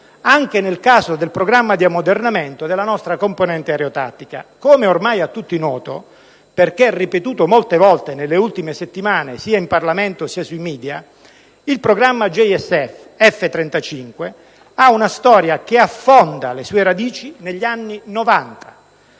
anche nel caso del programma di ammodernamento della nostra componente aerotattica. Com'è ormai a tutti noto, perché ripetuto molte volte nelle ultime settimane sia in Parlamento che sui *media*, il programma JSF F-35 ha una storia che affonda le sue radici negli anni Novanta.